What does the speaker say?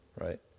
Right